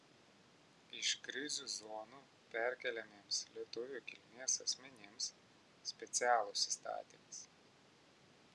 iš krizių zonų perkeliamiems lietuvių kilmės asmenims specialus įstatymas